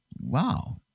wow